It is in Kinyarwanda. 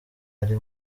ari